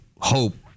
hope